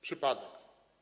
Przypadek.